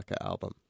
album